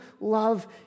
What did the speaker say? love